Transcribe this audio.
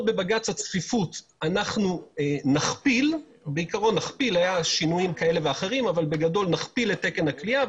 בבג"ץ הצפיפות היא תכפיל את תקן הכליאה,